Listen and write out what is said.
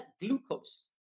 glucose